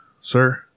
sir